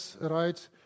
right